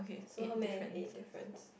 so how many eight difference